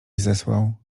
zesłał